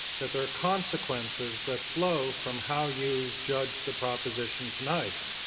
that there are consequences that flow from how you judge the proposition tonight,